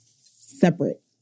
separate